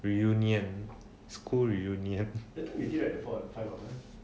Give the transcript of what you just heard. reunion school reunion